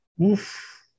Oof